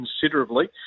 considerably